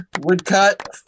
woodcut